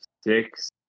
six